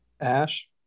Ash